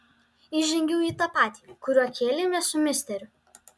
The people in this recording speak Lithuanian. įžengiau į tą patį kuriuo kėlėmės su misteriu